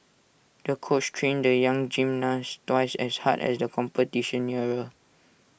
the coach trained the young gymnast twice as hard as the competition